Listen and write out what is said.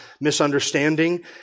misunderstanding